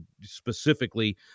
specifically